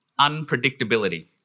unpredictability